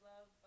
love